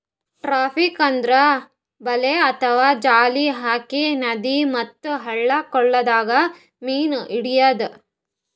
trapping ಅಂದ್ರ ಬಲೆ ಅಥವಾ ಜಾಲ್ ಹಾಕಿ ನದಿ ಮತ್ತ್ ಹಳ್ಳ ಕೊಳ್ಳದಾಗ್ ಮೀನ್ ಹಿಡ್ಯದ್